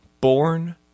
born